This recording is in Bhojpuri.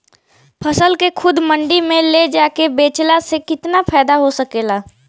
फसल के खुद मंडी में ले जाके बेचला से कितना फायदा हो सकेला?